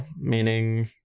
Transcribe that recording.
meaning